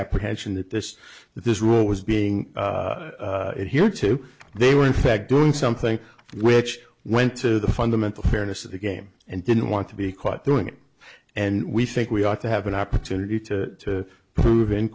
misapprehension that this that this rule was being it here too they were in fact doing something which went to the fundamental fairness of the game and didn't want to be caught doing it and we think we ought to have an opportunity to prove in